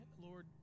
Lord